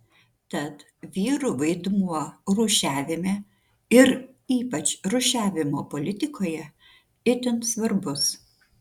tad vyrų vaidmuo rūšiavime ir ypač rūšiavimo politikoje itin svarbus